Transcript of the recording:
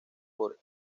por